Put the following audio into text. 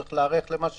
צריך להיערך למה שיש.